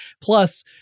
Plus